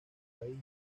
país